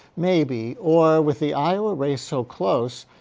maybe. or, with the iowa race so close,